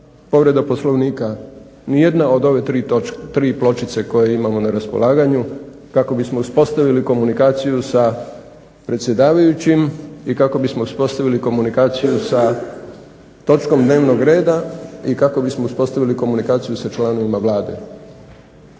povreda Poslovnika. Ni jedna od ove tri pločice koje imamo na raspolaganju kako bismo uspostavili komunikaciju sa predsjedavajućim i kako bismo uspostavili komunikaciju sa točkom dnevnog reda i kako bismo uspostavili komunikaciju sa članovima Vlade.